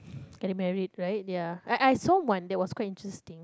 getting married right ya I I saw one that was quite interesting